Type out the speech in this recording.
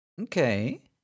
Okay